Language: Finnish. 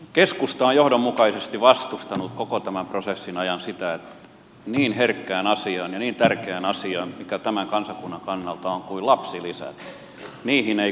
keskusta on johdonmukaisesti vastustanut koko tämän prosessin ajan sitä että niin herkkään ja niin tärkeään asiaan kuin lapsilisät tämän kansakunnan kannalta ovat koskettaisiin